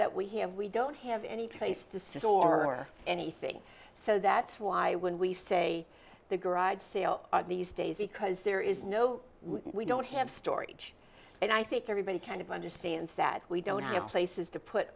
that we have we don't have any place to sit or anything so that's why when we say the garage sale these days because there is no we don't have story and i think everybody kind of understands that we don't have places to put